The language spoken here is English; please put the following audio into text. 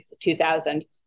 2000